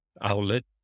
outlet